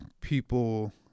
people